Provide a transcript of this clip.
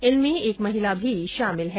इनमें एक महिला भी शामिल है